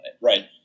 right